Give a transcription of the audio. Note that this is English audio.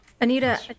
Anita